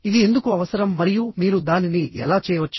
ఇది ఎందుకు అవసరం మరియు మీరు దానిని ఎలా చేయవచ్చు